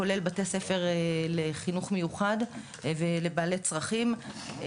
כולל בתי ספר לחינוך מיוחד ולבעלי צרכים.